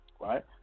right